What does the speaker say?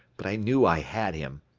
but i knew i had him.